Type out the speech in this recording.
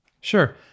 Sure